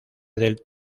del